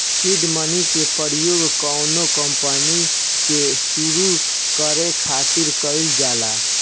seed money के प्रयोग कौनो कंपनी के सुरु करे खातिर कईल जाला